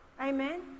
Amen